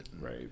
Right